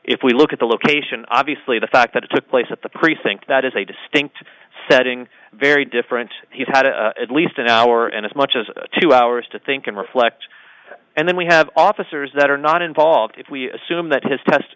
if we look at the location obviously the fact that it took place at the precinct that is a distinct setting very different he's had at least an hour and as much as two hours to think and reflect and then we have all officers that are not involved if we assume that his test